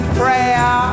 prayer